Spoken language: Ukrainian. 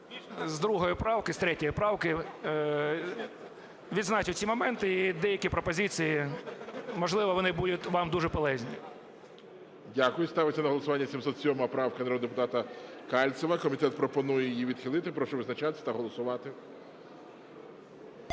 з другої правки, з третьої правки відзначив ці моменти і деякі пропозиції, можливо, вони будуть вам полезны. ГОЛОВУЮЧИЙ. Дякую. Ставиться на голосування 707 правка народного депутата Кальцева. Комітет пропонує її відхилити. Прошу визначатись та голосувати.